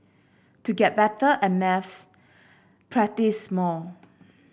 to get better at maths practise more